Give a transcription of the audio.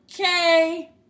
Okay